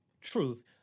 truth